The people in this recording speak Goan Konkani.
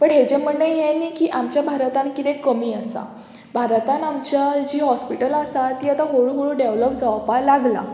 बट हाजे म्हणणें हें न्ही की आमच्या भारतान कितें कमी आसा भारतान आमच्या जीं हॉस्पिटल आसा ती आतां हळुहळू डेवलोप जावपाक लागलां